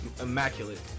Immaculate